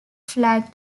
flag